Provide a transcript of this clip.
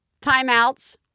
timeouts